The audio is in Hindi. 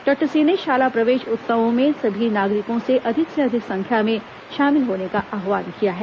डॉक्टर सिंह ने शाला प्रवेश उत्सवों में सभी नागरिकों से अधिक संख्या में शामिल होने का आव्हान किया है